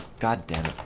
goddamn